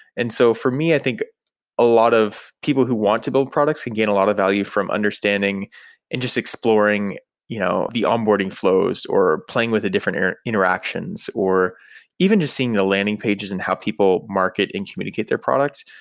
so, for me, i think a lot of people who want to build products and get a lot of value from understanding and just exploring you know the onboarding flows, or playing with different different interactions, or even just seeing the landing pages and how people mark it and communicate their products.